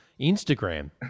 Instagram